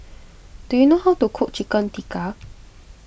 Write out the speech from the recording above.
do you know how to cook Chicken Tikka